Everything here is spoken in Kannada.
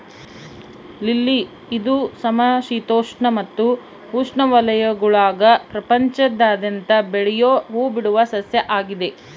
ಲಿಲ್ಲಿ ಇದು ಸಮಶೀತೋಷ್ಣ ಮತ್ತು ಉಷ್ಣವಲಯಗುಳಾಗ ಪ್ರಪಂಚಾದ್ಯಂತ ಬೆಳಿಯೋ ಹೂಬಿಡುವ ಸಸ್ಯ ಆಗಿದೆ